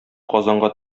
казанга